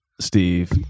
Steve